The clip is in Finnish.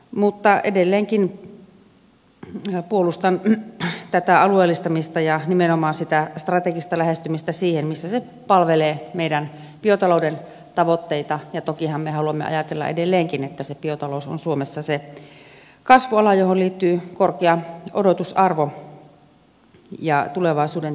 mutta edelleenkin puolustan tätä alueellistamista ja nimenomaan sitä strategista lähestymistä siihen missä se palvelee meidän biotalouden tavoitteitamme ja tokihan me haluamme ajatella edelleenkin että se biotalous on suomessa se kasvuala johon liittyy korkea odotusarvo ja tulevaisuuden työpaikat